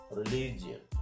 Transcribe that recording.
religion